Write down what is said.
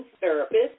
therapist